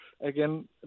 Again